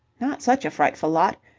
not such a frightful lot.